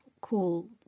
cool